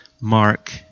mark